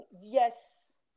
yes